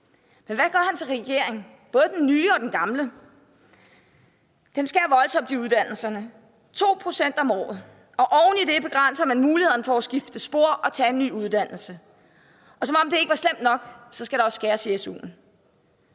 Men hvad gør hans regering – både den nye og den gamle? Den skærer voldsomt i uddannelserne, 2 pct. om året, og oven i det begrænser man mulighederne for at skifte spor og tage en ny uddannelse. Og som om det ikke var slemt nok, skal der også skæres i SU'en.